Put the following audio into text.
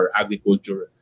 agriculture